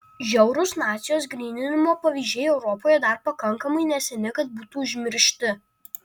žiaurūs nacijos gryninimo pavyzdžiai europoje dar pakankamai neseni kad būtų užmiršti